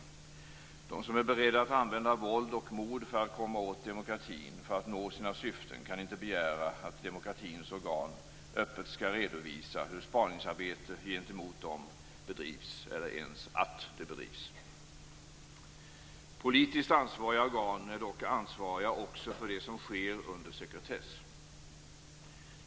De som är beredda att använda våld och mord för att komma åt demokratin, för att nå sina syften, kan inte begära att demokratins organ öppet skall redovisa hur spaningsarbete gentemot dem bedrivs eller ens att det bedrivs. Politiskt ansvariga organ är dock ansvariga också för det som sker under sekretess.